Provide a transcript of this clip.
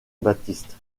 baptiste